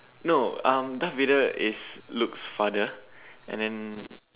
no um Darth-Vader is Luke's father and then